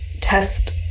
test